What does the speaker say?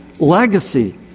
Legacy